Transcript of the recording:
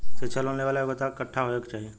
शिक्षा लोन लेवेला योग्यता कट्ठा होए के चाहीं?